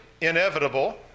inevitable